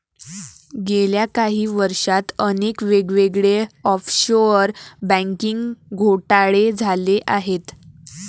गेल्या काही वर्षांत अनेक वेगवेगळे ऑफशोअर बँकिंग घोटाळे झाले आहेत